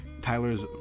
tyler's